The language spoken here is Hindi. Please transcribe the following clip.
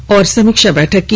और समीक्षा बैठक की